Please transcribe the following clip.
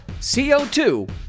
CO2